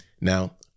Now